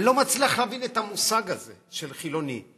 אני לא מצליח להבין את המושג הזה של חילוני.